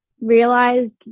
realize